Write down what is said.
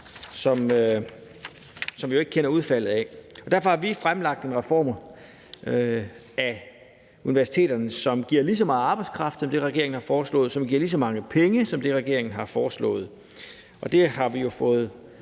som vi jo ikke kender udfaldet af. Derfor har vi også foreslået nogle reformer af universiteterne, som giver lige så meget arbejdskraft som det, regeringen har foreslået, og som giver lige så mange penge som det, regeringen har foreslået, og det har vi jo fået